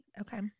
Okay